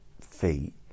feet